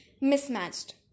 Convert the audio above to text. Mismatched